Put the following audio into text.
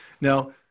Now